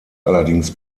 allerdings